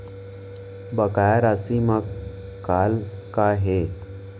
बकाया राशि मा कॉल का हे?